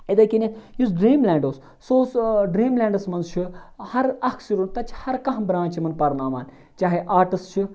یِتھے کنتھ یُس ڈریٖم لینڈ اوس سُہ اوس ڈریٖم لینڈَس مَنٛز چھُ ہَر اکھ سٹوڈنٹ تَتہِ چھُ ہَر کانٛہہ برانچ یِمَن پَرناوان چاہے آٹٕس چھُ